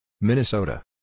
Minnesota